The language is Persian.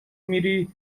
میری